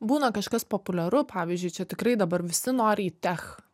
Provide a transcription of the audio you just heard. būna kažkas populiaru pavyzdžiui čia tikrai dabar visi nori į tech